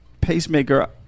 pacemaker